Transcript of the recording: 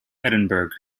edinburgh